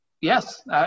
Yes